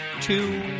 two